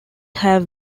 have